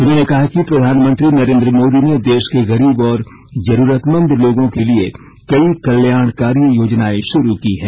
उन्होंने कहा कि प्रधानमंत्री नरेंद्र मोदी ने देश के गरीब और जरूरतमंद लोगों के लिए कई कल्याणकारी योजनाएं शुरू की हैं